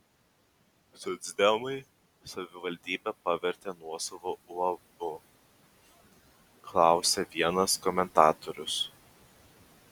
socdemai savivaldybę pavertė nuosavu uabu klausia vienas komentatorius